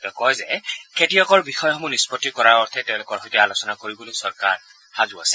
তেওঁ কয় যে খেতিয়কৰ বিষয়সমূহ নিষ্পত্তি কৰাৰ অৰ্থে তেওঁলোকৰ সৈতে আলোচনা কৰিবলৈ চৰকাৰ সাজু আছে